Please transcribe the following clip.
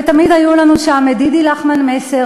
ותמיד היו לנו שם דידי לחמן-מסר,